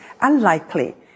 Unlikely